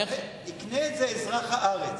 יקנה את זה אזרח הארץ,